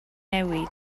newid